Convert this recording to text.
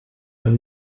noch